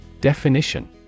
Definition